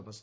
Thomas